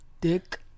dick